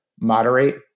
moderate